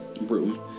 Room